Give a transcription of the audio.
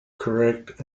correct